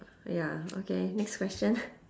ya okay next question